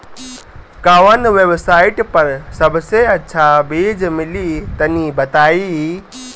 कवन वेबसाइट पर सबसे अच्छा बीज मिली तनि बताई?